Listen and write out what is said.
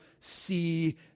see